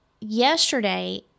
yesterday